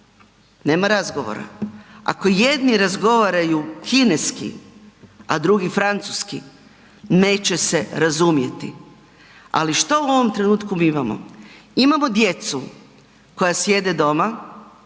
nema razgovora. Ako jedni razgovaraju kineski, a drugi francuski, neće se razumjeti. Ali šta u ovom trenutku mi imamo? Imamo djecu koja sjede doma,